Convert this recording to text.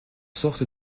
sortes